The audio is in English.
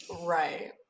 Right